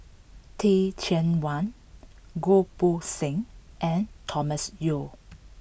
Teh Cheang Wan Goh Poh Seng and Thomas Yeo